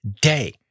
day